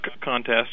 contest